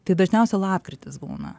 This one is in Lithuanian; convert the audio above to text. tai dažniausia lapkritis būna